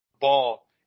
ball